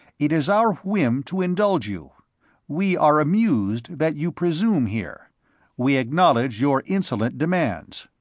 it is our whim to indulge you we are amused that you presume here we acknowledge your insolent demands.